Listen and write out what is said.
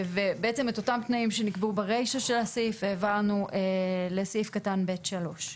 ובעצם את אותם תנאים שנקבעו ברישה של הסעיף העברנו לסעיף קטן (ב)(3).